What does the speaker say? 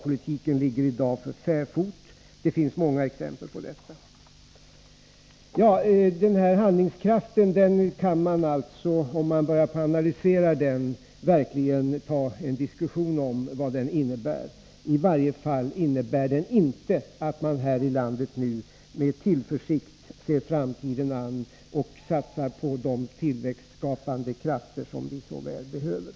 Om man börjar analysera den av Arne Gadd omtalade handlingskraften, finner man att vi verkligen kan föra en diskussion om vad den innebär. I varje fall innebär den inte att man här i landet nu med tillförsikt ser framtiden an och satsar på de tillväxtskapande krafter som vi så väl behöver.